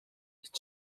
nicht